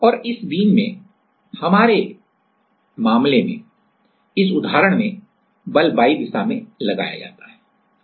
और इस बीम में हमारे मामले में इस उदाहरण में बल y दिशा में लगाया जाता है और